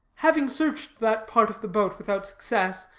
having searched that part of the boat without success,